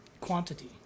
quantity